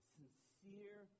sincere